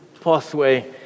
pathway